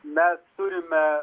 mes turime